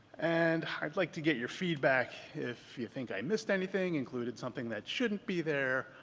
and i'd like to get your feedback if you think i missed anything, included something that shouldn't be there,